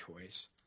choice